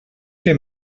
què